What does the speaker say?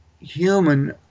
human